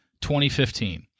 2015